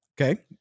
Okay